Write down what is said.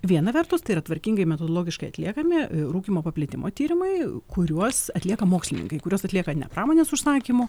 viena vertus tai yra tvarkingai metologiškai atliekami rūkymo paplitimo tyrimai kuriuos atlieka mokslininkai kuriuos atlieka ne pramonės užsakymu